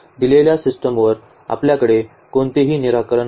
आणि म्हणूनच दिलेल्या सिस्टमवर आपल्याकडे कोणतेही निराकरण नाही